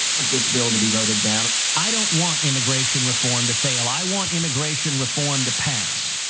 want this bill to be voted down. i don't want immigration reform to fail. i want immigration reform to pass.